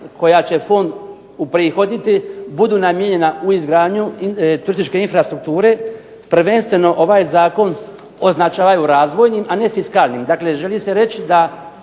koja će fond uprihoditi budu namijenjena u izgradnju turističke infrastrukture. Prvenstveno ovaj zakon označavaju razvojnim, a ne fiskalnim. Dakle, želi se reći da